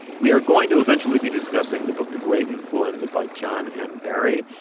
we are going to eventually be discussing the book, the great influenza by john m. barry.